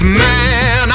man